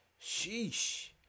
Sheesh